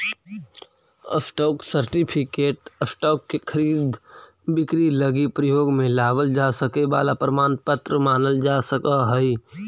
stock certificate stock के खरीद बिक्री लगी प्रयोग में लावल जा सके वाला प्रमाण पत्र मानल जा सकऽ हइ